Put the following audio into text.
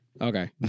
Okay